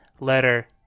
letter